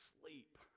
sleep